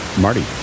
Marty